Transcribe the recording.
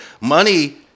Money